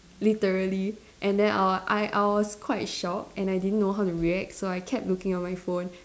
literally and then I wa~ I I was quite shocked and I didn't know how to react so I kept looking on my phone